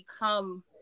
become